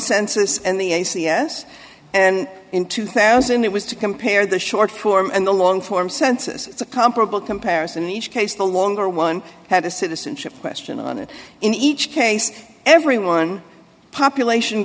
census and the a c s and in two thousand it was to compare the short form and the long form census comparable comparison in each case the longer one had a citizenship question on it in each case everyone population